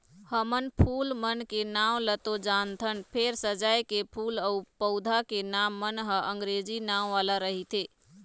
हमन फूल मन के नांव ल तो जानथन फेर सजाए के फूल अउ पउधा के नांव मन ह अंगरेजी नांव वाला रहिथे